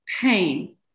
pain